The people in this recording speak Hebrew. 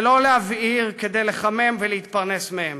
ולא להבעיר כדי לחמם ולהתפרנס מהן.